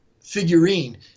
figurine